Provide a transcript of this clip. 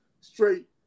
straight